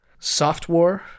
softwar